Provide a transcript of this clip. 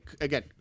again